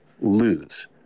lose